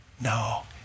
No